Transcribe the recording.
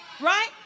Right